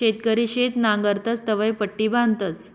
शेतकरी शेत नांगरतस तवंय पट्टी बांधतस